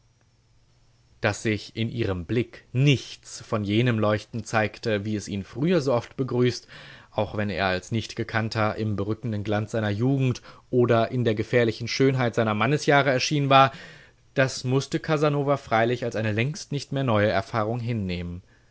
daß sich in ihrem blick nichts von jenem leuchten zeigte wie es ihn früher so oft begrüßt auch wenn er als nichtgekannter im berückenden glanz seiner jugend oder in der gefährlichen schönheit seiner mannesjahre erschienen war das mußte casanova freilich als eine längst nicht mehr neue erfahrung hinnehmen